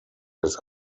his